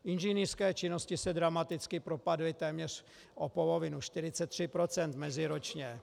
Inženýrské činnosti se dramaticky propadly téměř o polovinu, 43 % meziročně.